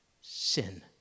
sin